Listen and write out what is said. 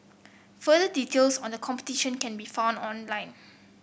further details on the competition can be found online